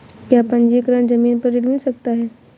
क्या पंजीकरण ज़मीन पर ऋण मिल सकता है?